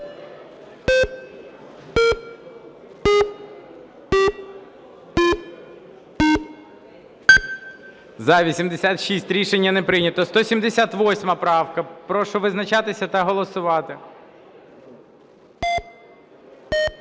За-86 Рішення не прийнято. 178 правка. Прошу визначатися та голосувати.